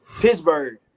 Pittsburgh